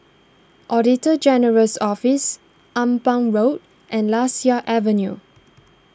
Auditor General's Office Ampang Road and Lasia Avenue